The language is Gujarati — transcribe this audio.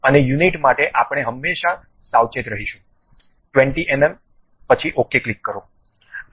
અને યુનિટ માટે આપણે હંમેશાં સાવચેત રહીશું 20 mm પછી OK ક્લિક કરો